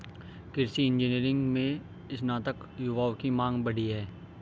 कृषि इंजीनियरिंग में स्नातक युवाओं की मांग बढ़ी है